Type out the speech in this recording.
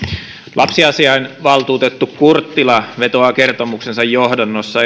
lapsiasiainvaltuutettu kurttila vetoaa kertomuksensa johdannossa